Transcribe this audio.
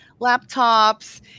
laptops